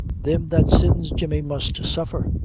thim that sins, jemmy, must suffer.